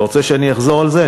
אתה רוצה שאני אחזור על זה?